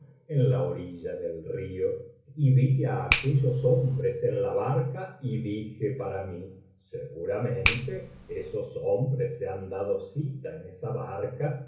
en la orilla del río y vi á aquellos hombres en la barca y dije para mí seguramente esos hombres se han dado cita en esa barca